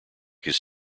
his